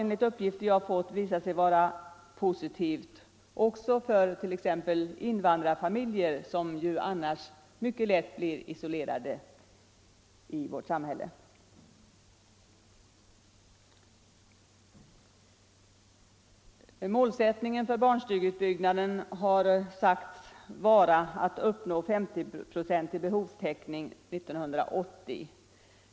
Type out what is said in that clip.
Enligt de uppgifter vi fått har det visat sig att den barnstugeverksamheten kan vara positiv även för t.ex. invandrarfamiljer, som annars mycket lätt blir isolerade i vårt samhälle. Målsättningen för barnstugeutbyggnaden har sagts vara att uppnå 50 procentig behovstäckning 1980.